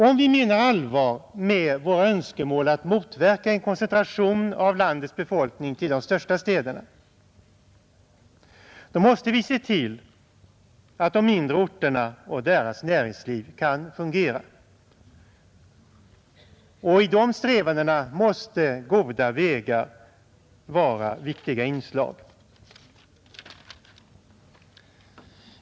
Om vi menar allvar med våra önskemål att motverka en koncentration av landets befolkning till de största städerna, måste vi se till att de mindre orterna och deras näringsliv kan fungera. Och i de strävandena måste goda vägar vara viktiga inslag.